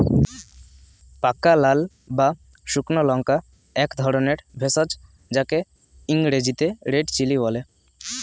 পাকা লাল বা শুকনো লঙ্কা একধরনের ভেষজ যাকে ইংরেজিতে রেড চিলি বলে